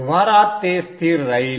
व्यवहारात ते स्थिर राहील